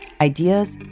ideas